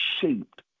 shaped